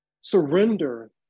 surrender